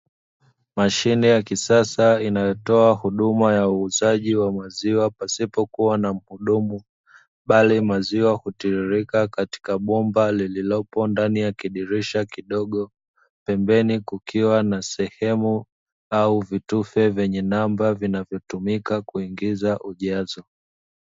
Mashine ya kisasa inayotoa huduma ya uuzaji wa maziwa pasipo kuwa na mhudumu, bali maziwa kutiririka katika bomba lililopo ndani ya kidirisha kidogo, pembeni kukiwa na sehemu au vitufe vyenye namba vinavyotumika kuingiza ujazo.